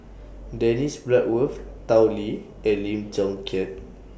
Dennis Bloodworth Tao Li and Lim Chong Keat